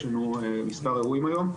יש לנו מספר אירועים היום.